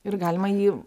ir galima jį